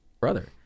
brother